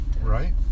right